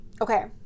okay